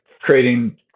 creating